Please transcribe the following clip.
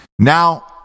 Now